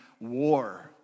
war